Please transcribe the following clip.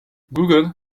google